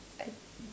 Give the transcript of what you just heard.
I